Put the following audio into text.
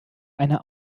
eine